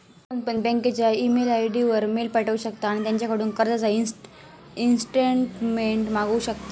कोणपण बँकेच्या email I D वर मेल पाठवु शकता आणि त्यांच्याकडून कर्जाचा ईस्टेटमेंट मागवु शकता